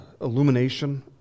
illumination